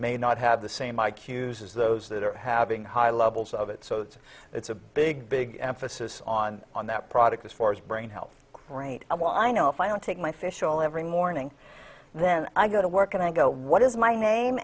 may not have the same i q's as those that are having high levels of it so it's a big big emphasis on on that product as far as brain health great i know if i don't take my fish oil every morning then i go to work and i go what is my name